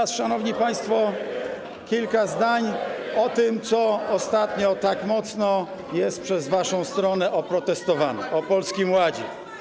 Teraz, szanowni państwo, kilka zdań o tym, co ostatnio tak mocno jest przez waszą stronę oprotestowane, o Polskim Ładzie.